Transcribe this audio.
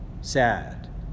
sad